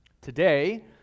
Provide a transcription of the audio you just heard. Today